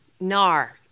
NAR